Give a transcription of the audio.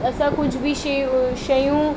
असां कुझु बि शइ शयूं